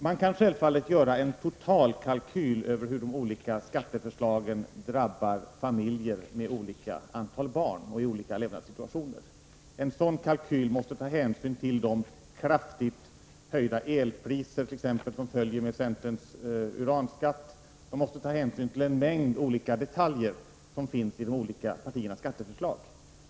Man kan självfallet göra en totalkalkyl över hur de olika skatteförslagen drabbar familjer med olika antal barn och i olika levnadssituationer. En sådan kalkyl måste t.ex. ta hänsyn till de kraftigt höjda elpriser som följer med centerns uranskatt. De måste ta hänsyn till en mängd olika detaljer i de olika partiernas skatteförslag.